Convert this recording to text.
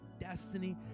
destiny